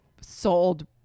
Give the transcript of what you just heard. sold